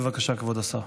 בבקשה, כבוד השר.